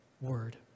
word